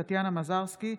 טטיאנה מזרסקי,